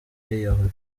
yiyahuye